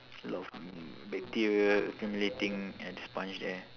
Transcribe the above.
a lot of bacteria accumulating at the sponge there